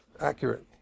accurate